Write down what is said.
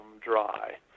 dry